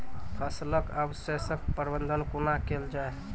फसलक अवशेषक प्रबंधन कूना केल जाये?